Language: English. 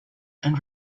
and